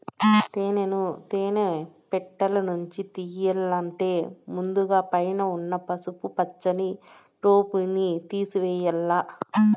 తేనెను తేనె పెట్టలనుంచి తియ్యల్లంటే ముందుగ పైన ఉన్న పసుపు పచ్చని టోపిని తేసివేయల్ల